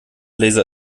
laser